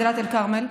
בדאלית אל-כרמל,